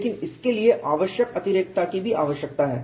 लेकिन इसके लिए आवश्यक अतिरेकता भी आवश्यक है